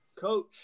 coach